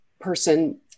person